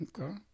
Okay